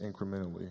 incrementally